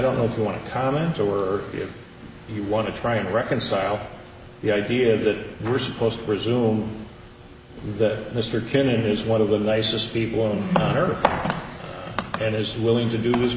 don't know if you want to comment or if you want to try and reconcile the idea that we're supposed to presume that mr kinnon is one of the nicest people on earth and is willing to do